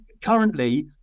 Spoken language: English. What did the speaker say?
currently